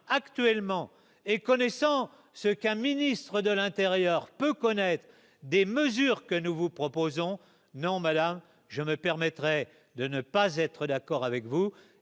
actuellement et, connaissant ce qu'un ministre de l'Intérieur peut connaître des mesures que nous vous proposons non madame, je me permettrai de ne pas être d'accord avec vous